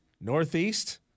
northeast